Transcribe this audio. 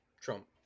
trump